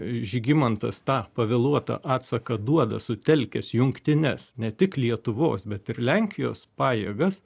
žygimantas tą pavėluotą atsaką duoda sutelkęs jungtines ne tik lietuvos bet ir lenkijos pajėgas